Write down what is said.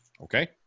okay